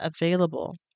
available